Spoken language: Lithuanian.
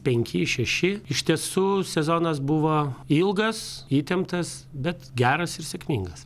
penki šeši iš tiesų sezonas buvo ilgas įtemptas bet geras ir sėkmingas